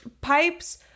pipes